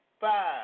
five